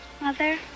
Mother